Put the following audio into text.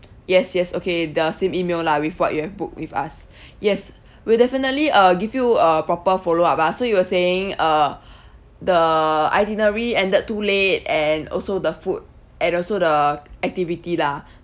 yes yes okay the same email lah with what you have booked with us yes we'll definitely uh give you a proper follow up lah so you were saying uh the itinerary ended too late and also the food and also the activity lah